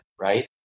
right